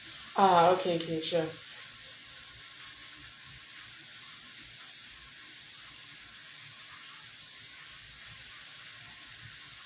uh okay okay sure